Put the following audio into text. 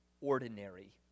ordinary